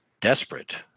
desperate